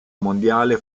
mondiale